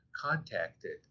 contacted